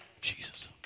Jesus